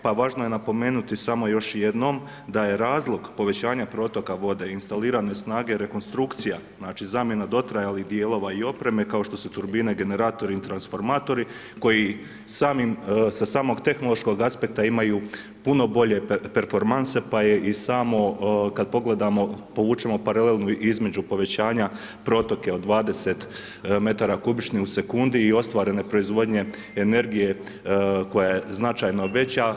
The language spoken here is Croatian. Pa važno je napomenuti samo još jednom da je razlog povećanja protoka vode instalirane snage rekonstrukcija, znači zamjena dotrajalih dijelova i opreme kao što su turbine, generatori i transformatori koji samim sa samog tehnološkog aspekta imaju puno bolje performanse pa je i samo kad pogledamo, povučemo paralelu između povećanja protoke od 20 metara kubičnih u sekundi i ostvarene proizvodnje energije koja je značajno veća.